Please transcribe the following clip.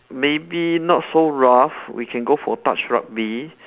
maybe not so rough we can go for touch rugby